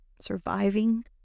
Surviving